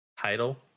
title